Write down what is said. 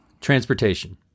Transportation